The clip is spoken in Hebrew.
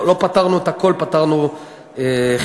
לא פתרנו את הכול, פתרנו חלק.